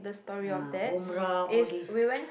uh umrah all these